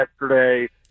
yesterday